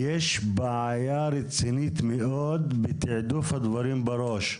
יש בעיה רצינית מאוד בתיעדוף הדברים בראש.